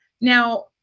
Now